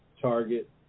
Target